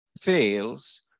fails